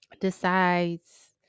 decides